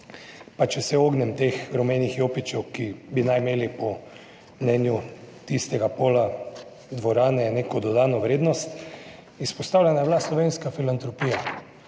Pa če se ognem teh rumenih jopičev, ki bi naj imeli po mnenju tistega pola dvorane neko dodano vrednost. Izpostavljena je bila Slovenska filantropija,